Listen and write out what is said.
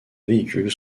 véhicules